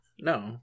No